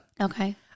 Okay